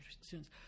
students